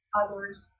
others